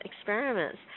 experiments